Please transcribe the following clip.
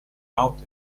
out